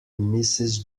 mrs